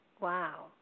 Wow